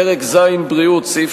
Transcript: פרק ז' בריאות, סעיף